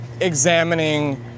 examining